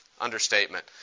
understatement